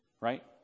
right